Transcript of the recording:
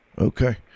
Okay